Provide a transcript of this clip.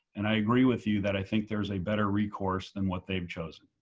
and i agree with you that i think there's a better record than what they've chosen.